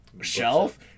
shelf